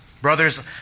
Brothers